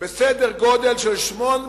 בסדר גודל של 800